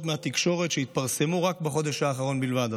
מהתקשורת שהתפרסמו רק בחודש האחרון בלבד,